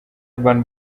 urban